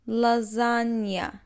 lasagna